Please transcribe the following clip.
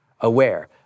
aware